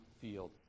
field